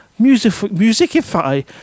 musicify